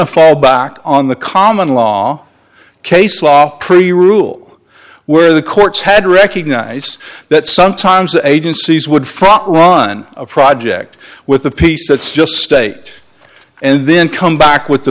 to fall back on the common law case law pretty rule where the courts had recognize that sometimes agencies would front run a project with a piece that's just state and then come back with the